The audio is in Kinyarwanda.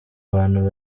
bantu